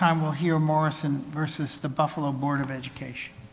time we'll hear morrison versus the buffalo born of education